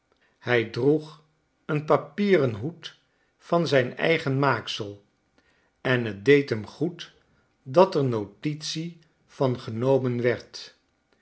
hij droeg een papieren hoed van zijn eigen maaksel en t deed hem goed dat er notitie van genomen werd